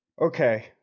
Okay